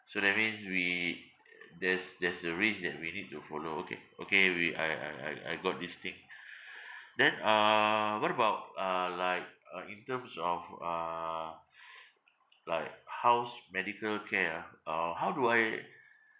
so that means we there's there's the rules that we need to follow okay okay we I I I I got this thing then uh what about uh like uh in terms of uh like house medical care ah uh how do I